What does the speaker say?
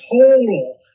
total